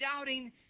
doubting